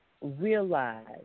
realize